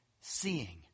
seeing